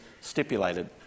stipulated